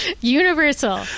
Universal